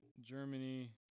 germany